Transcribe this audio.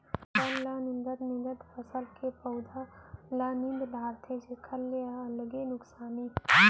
बन ल निंदत निंदत फसल के पउधा ल नींद डारथे जेखर ले अलगे नुकसानी